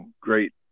great